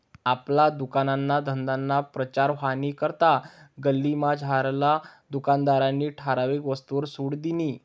आपला दुकानना धंदाना प्रचार व्हवानी करता गल्लीमझारला दुकानदारनी ठराविक वस्तूसवर सुट दिनी